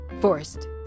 forced